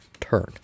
turn